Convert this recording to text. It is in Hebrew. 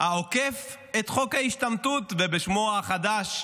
העוקף את חוק ההשתמטות, ובשמו החדש,